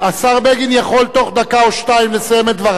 השר בגין יכול בתוך דקה או שתיים לסיים את דבריו,